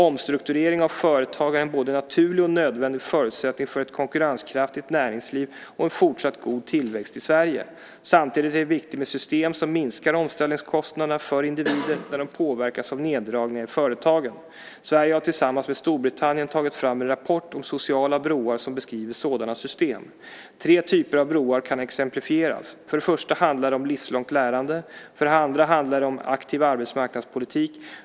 Omstrukturering av företag är en både naturlig och nödvändig förutsättning för ett konkurrenskraftigt näringsliv och en fortsatt god tillväxt i Sverige. Samtidigt är det viktigt med system som minskar omställningskostnaderna för individer när de påverkas av neddragningar i företagen. Sverige har tillsammans med Storbritannien tagit fram en rapport om sociala broar som beskriver sådana system. Tre typer av broar kan exemplifieras. För det första handlar det om livslångt lärande. För det andra handlar det om aktiv arbetsmarknadspolitik.